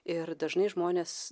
ir dažnai žmonės